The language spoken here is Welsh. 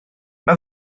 mae